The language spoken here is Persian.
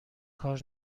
کار